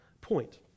point